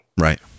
Right